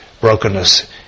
brokenness